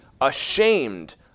ashamed